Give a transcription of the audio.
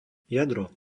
jadro